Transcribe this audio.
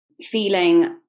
feeling